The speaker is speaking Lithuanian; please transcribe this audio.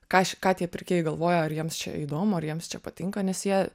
ką ši ką tie pirkėjai galvoja ar jiems čia įdomu ar jiems čia patinka nes jie